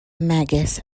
megis